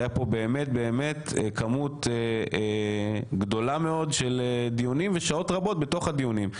היה פה באמת באמת כמות גדולה של דיונים ושעות רבות בתוך הדיונים.